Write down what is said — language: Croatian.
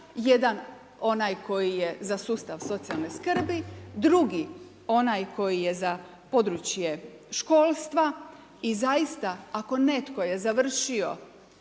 Jedan onaj koji je za sustav socijalne skrbi, drugi onaj koji je za područje školstva i zaista ako netko je završio